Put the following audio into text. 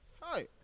Hi